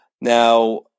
Now